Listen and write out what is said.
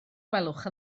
gwelwch